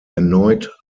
erneut